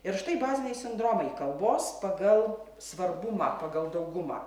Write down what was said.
ir štai baziniai sindromai kalbos pagal svarbumą pagal daugumą